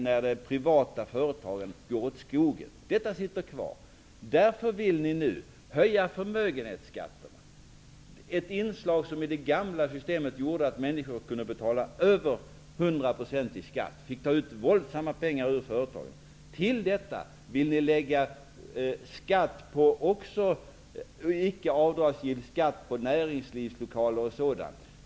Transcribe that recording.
Ni vill nu höja förmögenhetsskatterna. I det gamla systemet gjorde det inslaget att människor kunde få betala över 100 % i skatt. De fick ta ut våldsamt mycket pengar ur företagen. Till detta vill ni också lägga icke avdragsgill skatt på näringslivslokaler och sådant.